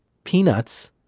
peanuts,